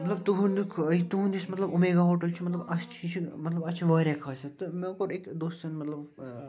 مطلب تُہٕنٛدُک تُہٕنٛد یُس مطلب اُمیگا ہوٹَل چھُ مطلب اَسہِ چھِ یہِ چھِ مطلب اَتھ چھِ واریاہ خاصیت تہٕ مےٚ کوٚر أکۍ دوستَن مطلب